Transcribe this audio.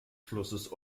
flusses